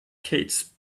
skates